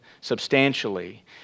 substantially